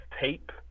tape